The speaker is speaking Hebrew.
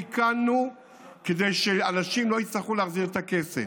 תיקנו כדי שאנשים לא יצטרכו להחזיר את הכסף.